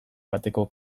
bateko